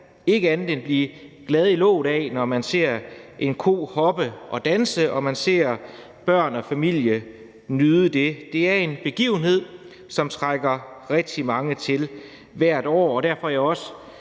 blive andet end glad i låget, når man ser en ko hoppe og danse og ser børn og familie nyde det. Det er en begivenhed, som trækker rigtig mange til hvert år. Og derfor er jeg også